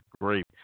great